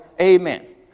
Amen